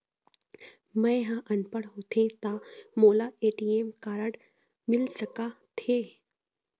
मैं ह अनपढ़ होथे ता मोला ए.टी.एम कारड मिल सका थे?